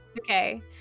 Okay